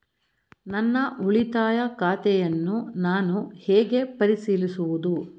ನನ್ನ ಉಳಿತಾಯ ಖಾತೆಯನ್ನು ನಾನು ಹೇಗೆ ಪರಿಶೀಲಿಸುವುದು?